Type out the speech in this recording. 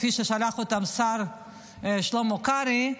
לשם שלח אותם השר שלמה קרעי,